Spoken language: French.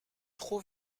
trop